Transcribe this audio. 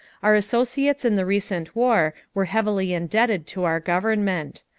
our associates in the recent war were heavily indebted to our government.